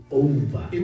over